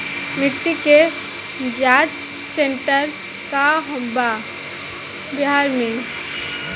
मिटी के जाच सेन्टर कहवा बा बिहार में?